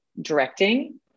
directing